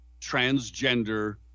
transgender